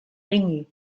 régner